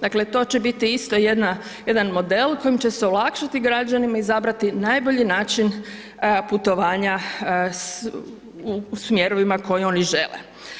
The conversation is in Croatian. Dakle to će biti isto jedan model kojim će se olakšati građanima i izabrati najbolji način putovanja u smjerovima koje oni žele.